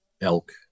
elk